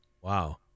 Wow